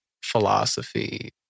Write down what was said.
philosophy